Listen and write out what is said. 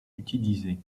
utilisé